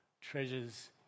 treasures